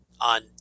on